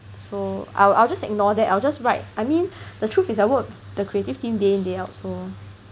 so I'll I'll just ignore that I'll just write I mean the truth is I work with the creative team day in day out so